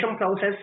process